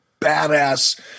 badass